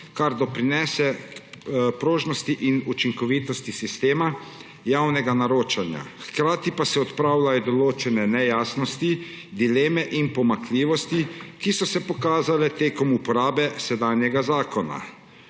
kar doprinese k prožnosti in učinkovitosti sistema javnega naročanja, hkrati pa se odpravljajo določene nejasnosti, dileme in pomanjkljivosti, ki so se pokazale tekom uporabe sedanjega zakona.